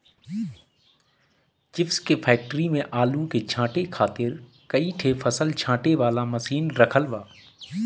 chips के factory में आलू के छांटे खातिर कई ठे फसल छांटे वाला मशीन रखल बा